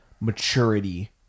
maturity